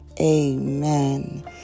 Amen